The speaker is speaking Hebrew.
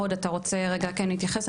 הוד, אתה רוצה רגע להתייחס?